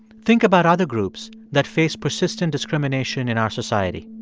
think about other groups that face persistent discrimination in our society.